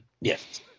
Yes